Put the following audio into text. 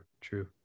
true